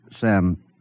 Sam